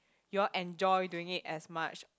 you all enjoy doing it as much